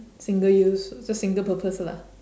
single use so just single purpose lah